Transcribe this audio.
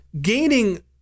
Gaining